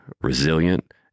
resilient